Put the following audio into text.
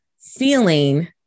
feeling